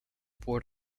board